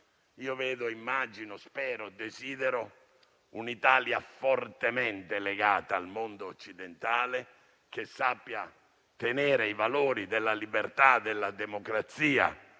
vedo, immagino, spero e desidero un'Italia fortemente legata al mondo occidentale, che sappia tenere ai valori della libertà, della democrazia